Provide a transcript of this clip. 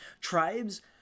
tribes